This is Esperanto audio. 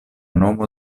nomo